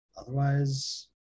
Otherwise